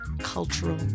cultural